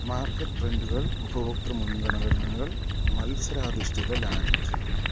market ട്രെൻഡുകൾ ഉപഭോക്തൃ മുൻഗണനകൾ മത്സരാധിഷ്ടിത ലാൻഡ്